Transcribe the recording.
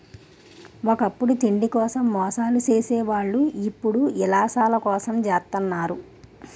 ఒకప్పుడు తిండి కోసం మోసాలు సేసే వాళ్ళు ఇప్పుడు యిలాసాల కోసం జెత్తన్నారు